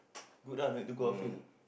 good ah no need to go outfield